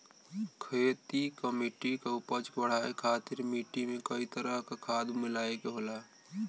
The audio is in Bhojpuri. खेती क मट्टी क उपज बढ़ाये खातिर मट्टी में कई तरह क खाद मिलाये के होला